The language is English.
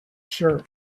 shirt